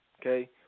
Okay